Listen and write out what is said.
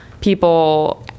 people